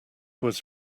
was